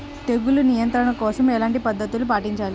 తెగులు నియంత్రణ కోసం ఎలాంటి పద్ధతులు పాటించాలి?